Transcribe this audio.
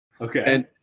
Okay